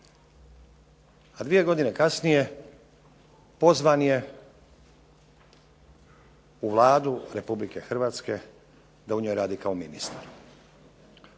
a dvije godine kasnije pozvan je u Vladu Republike Hrvatske da u njoj radi kao ministar,